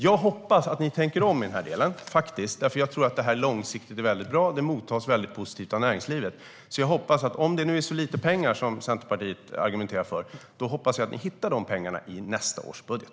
Jag hoppas att Centerpartiet tänker om i den här delen, för jag tror att det här långsiktigt är väldigt bra, och det mottas väldigt positivt av näringslivet. Om det nu är så lite pengar som Centerpartiet argumenterar för hoppas jag att ni hittar dem i nästa års budget!